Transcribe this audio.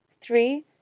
three